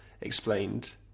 explained